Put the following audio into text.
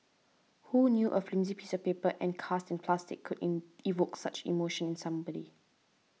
who knew a flimsy piece of paper encased in plastic could in evoke such emotion in somebody